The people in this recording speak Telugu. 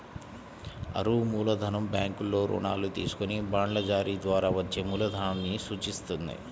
అరువు మూలధనం బ్యాంకుల్లో రుణాలు తీసుకొని బాండ్ల జారీ ద్వారా వచ్చే మూలధనాన్ని సూచిత్తది